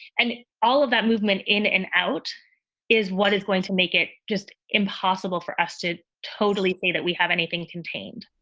and all of that movement in and out is what is going to make it just impossible for us to totally see that we have anything contained?